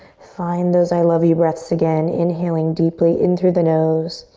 find those i love you breaths again. inhaling deeply in through the nose.